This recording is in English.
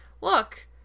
look